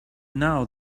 now